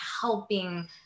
helping